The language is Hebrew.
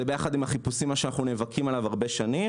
ביחד עם החיפושים זה משהו שאנחנו נאבקים עליו הרבה שנים.